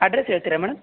address ಹೇಳ್ತೀರಾ madam